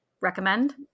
recommend